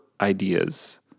ideas